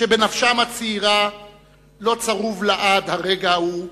שבנפשם הצעירה לא צרוב לעד הרגע ההוא,